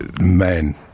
men